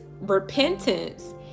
repentance